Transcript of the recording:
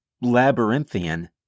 labyrinthian